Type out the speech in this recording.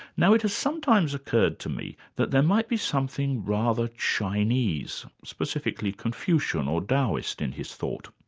now it has sometimes occurred to me that there might be something rather chinese, specifically confucian or taoist, in his thought.